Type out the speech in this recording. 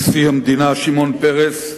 נשיא המדינה שמעון פרס,